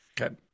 Okay